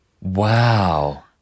Wow